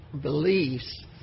beliefs